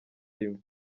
rimwe